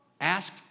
Ask